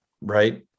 right